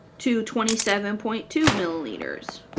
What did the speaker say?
to twenty seven point two milliliters,